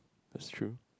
it's true